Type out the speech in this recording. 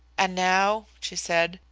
and now, she said,